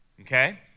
okay